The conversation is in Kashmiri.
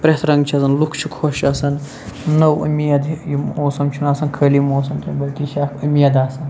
پرٮ۪تھ رَنٛگہٕ چھِ آسان لُکھ چھِ خۄش آسان نٔو امید یہِ موسَم چھُ نہٕ آسان خٲلی موسم کینٛہہ بلکہِ چھ اکھ امید آسان